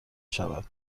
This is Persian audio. شود